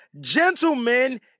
gentlemen